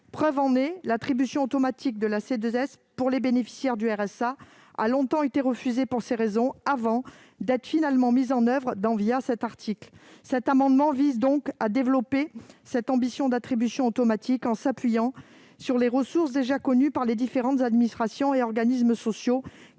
preuve, l'attribution automatique de la C2S aux bénéficiaires du RSA a longtemps été refusée pour ces raisons avant d'être finalement mise en oeuvre dans le cadre de cet article. Le présent amendement vise donc à développer cette ambition d'attribution automatique en s'appuyant sur les ressources déjà connues par les différents organismes sociaux